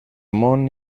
món